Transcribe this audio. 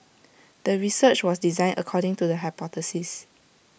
the research was designed according to the hypothesis